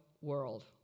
world